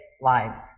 lives